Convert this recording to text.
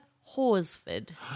Horsford